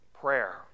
Prayer